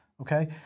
Okay